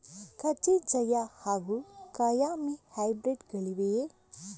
ಕಜೆ ಜಯ ಹಾಗೂ ಕಾಯಮೆ ಹೈಬ್ರಿಡ್ ಗಳಿವೆಯೇ?